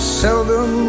seldom